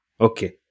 Okay